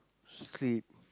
sleep